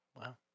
Wow